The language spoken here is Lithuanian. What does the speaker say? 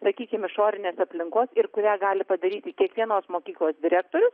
sakykim išorinės aplinkos ir kurią gali padaryti kiekvienos mokyklos direktorius